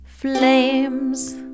Flames